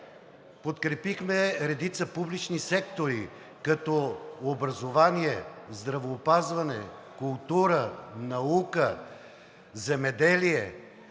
подкрепихме редица публични сектори, като образование, здравеопазване, култура, наука, земеделие,